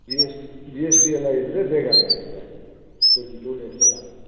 G S G S T ಎಲ್ಲ ಇದ್ದರೆ ಬೇಗ ಆಗತ್ತೆ ಸರ್ ಒಂದು ಟೂ ಡೇಸಲ್ಲಾಗತ್ತೆ